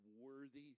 worthy